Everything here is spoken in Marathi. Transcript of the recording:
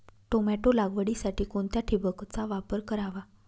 टोमॅटो लागवडीसाठी कोणत्या ठिबकचा वापर करावा?